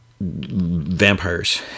vampires